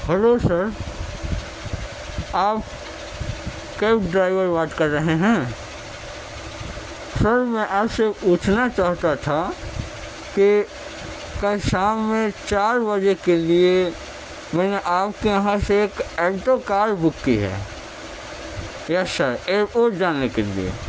hello sir آپ cab driver بات کررہے ہیں سر میں آپ سے یہ پوچھنا چاہتا تھا کہ کل شام میں چار بجے کے لیے میں نے آپ کے یہاں سے ایک الٹو کار بک کی ہے یس سر ایئرپوٹ جانے کے لیے